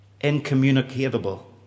incommunicable